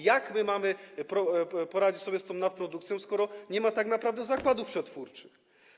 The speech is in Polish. Jak my mamy poradzić sobie z tą nadprodukcją, skoro nie ma tak naprawdę zakładów przetwórczych?